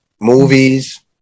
movies